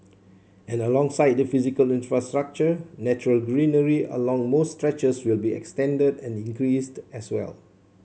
and alongside the physical infrastructure natural greenery along most stretches will be extended and increased as well